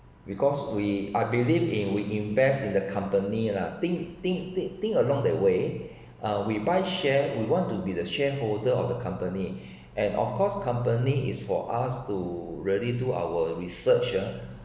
because we I believed it would invest in the company lah think think think along the way uh we buy share we want to be the shareholder of the company and of course company is for us to really do our research ah